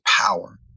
power